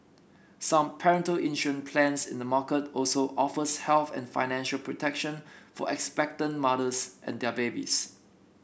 some prenatal insurance plans in the market also offers health and financial protection for expectant mothers and their babies